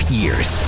years